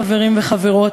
חברים וחברות,